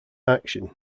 action